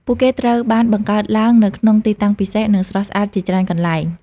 ពួកគេត្រូវបានបង្កើតឡើងនៅក្នុង ទីតាំងពិសេស និងស្រស់ស្អាតជាច្រើនកន្លែង។